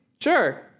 sure